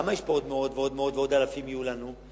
למה יש פה עוד, ועוד מאות אלפים יהיו לנו?